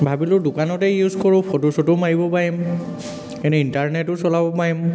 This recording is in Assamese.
ভাবিলোঁ দোকানতেই ইউজ কৰোঁ ফ'টো চ'টোও মাৰিব পাৰিম এনেই ইণ্টাৰনেটো চলাব পাৰিম